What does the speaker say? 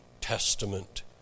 Testament